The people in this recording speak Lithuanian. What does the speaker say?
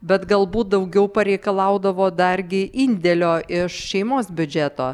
bet galbūt daugiau pareikalaudavo dargi indėlio iš šeimos biudžeto